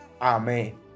Amen